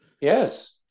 Yes